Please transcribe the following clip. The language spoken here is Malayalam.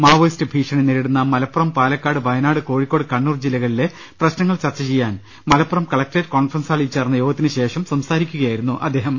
മാവോയിസ്റ്റ് ഭീഷണി നേരിടു ന്ന മലപ്പുറം പാലക്കാട് വയനാട് കോഴിക്കോട് കണ്ണൂർ ജില്ലകളിലെ പ്രശ് നങ്ങൾ ചർച്ച ചെയ്യാൻ മലപ്പുറം കലക്ടറേറ്റ് കോൺഫറൻസ് ഹാളിൽ ചേർ ന്ന യോഗത്തിനുശേഷം സംസാരിക്കുകയായിരുന്നു അദ്ദേഹം